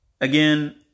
Again